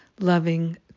loving